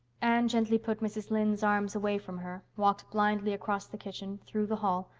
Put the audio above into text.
anne gently put mrs. lynde's arms away from her, walked blindly across the kitchen, through the hall,